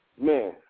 man